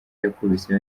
yakubise